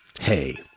hey